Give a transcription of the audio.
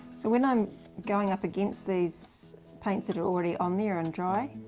so when i'm going up against these paints that are already on there and dry,